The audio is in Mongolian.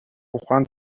ухаанд